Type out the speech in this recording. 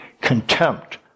contempt